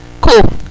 cool